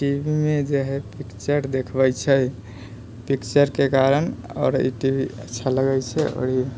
टीवीमे जे हय पिक्चर देखबै छै पिक्चरके कारण आओर ई टीवी अच्छा लगै छै आओर ई